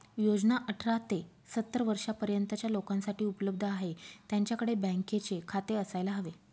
योजना अठरा ते सत्तर वर्षा पर्यंतच्या लोकांसाठी उपलब्ध आहे, त्यांच्याकडे बँकेचे खाते असायला हवे